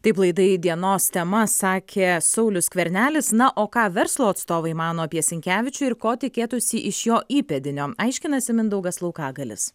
taip laidai dienos tema sakė saulius skvernelis na o ką verslo atstovai mano apie sinkevičių ir ko tikėtųsi iš jo įpėdinio aiškinasi mindaugas laukagalis